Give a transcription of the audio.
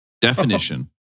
definition